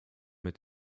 mit